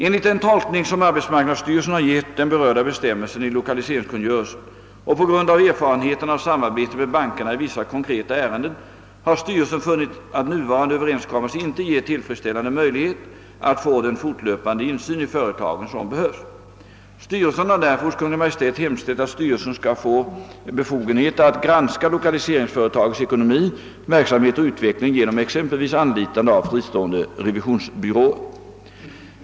Enligt den tolkning som arbetsmarknadsstyrelsen har gett den berörda bestämmelsen i lokaliseringskungörelsen och på grund av erfarenheterna av samarbetet med bankerna i vissa konkreta ärenden har styrelsen funnit att nuvarande överenskommelse inte ger tillfredsställande möjligheter att få den fortlöpande insyn i företagen som behövs. Styrelsen har därför hos Kungl. Maj:t hemställt att styrelsen skall få befogenheter att granska lokaliseringsföretagets ekonomi, verksamhet och utveckling genom exempelvis anlitande av fristående revisionsbyråer.